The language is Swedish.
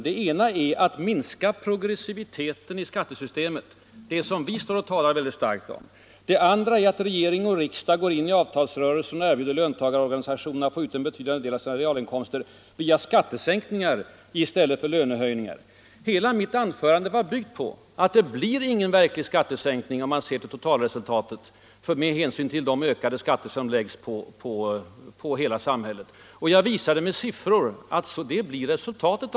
”Den ena är att man minskar progressiviteten i skattesystemet.” — Alltså det som vi moderater talat starkt för. ”Den andra är att regering och riksdag vid varje avtalstillfälle går in i avtalsrörelsen och erbjuder löntagarorganisationerna att få ut en betydande del av sina realinkomststegringar via skattesänkningar i stället för via lönehöjningar.” Ja visst. Men hela mitt anförande var byggt på att det inte blir någon verklig skattesänkning om man ser till totalresultatet och till de ökade skatter som läggs på folkhushållet. Jag visade med siffror att så blir fallet.